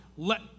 Let